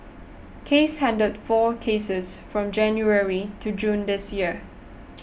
case handled four cases from January to June this year